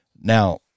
Now